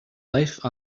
life